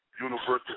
Universal